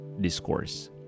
discourse